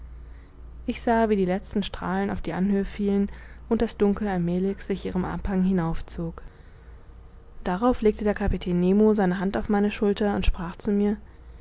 ich sah wie die letzten strahlen auf die anhöhe fielen und das dunkel allmälig sich ihrem abhang hinauf zog darauf legte der kapitän nemo seine hand auf meine schulter und sprach zu mir